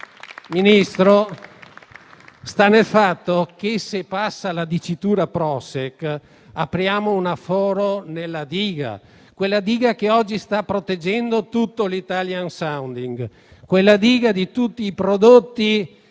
Ministro, sta nel fatto che, se passa la dicitura Prošek, apriamo un foro nella diga, quella che oggi sta proteggendo tutto l'*italian sounding* ed è a salvaguardia di tutti i prodotti